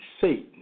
Satan